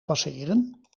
passeren